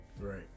right